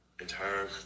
entire